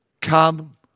come